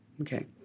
Okay